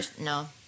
No